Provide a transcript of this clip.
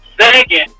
Second